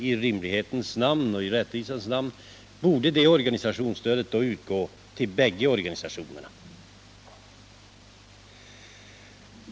I rimlighetens och rättvisans namn bör det organisationsstödet utgå till båda organisationerna.